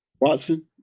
Watson